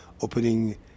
opening